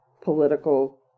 political